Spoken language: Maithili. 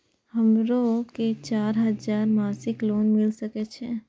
हमरो के चार हजार मासिक लोन मिल सके छे?